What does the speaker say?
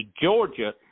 Georgia